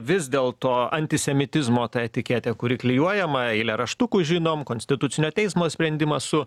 vis dėlto antisemitizmo ta etiketė kuri klijuojama eilėraštukus žinom konstitucinio teismo sprendimą su